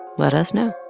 let us know